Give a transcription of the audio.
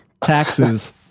taxes